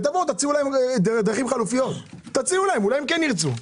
תציעו להם דרכים חלופיות, אולי הם כן ירצו.